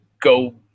go